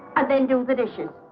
and then do the dishes.